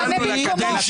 תענה במקומו.